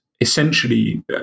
essentially